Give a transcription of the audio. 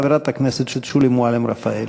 חברת הכנסת שולי מועלם-רפאלי.